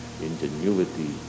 ingenuity